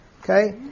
Okay